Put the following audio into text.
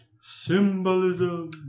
Symbolism